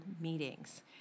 Meetings